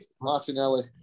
Martinelli